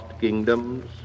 kingdoms